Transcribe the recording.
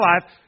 life